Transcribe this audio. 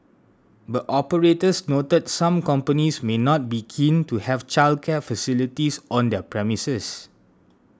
but operators noted some companies may not be keen to have childcare facilities on their premises